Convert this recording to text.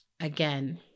again